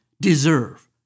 deserve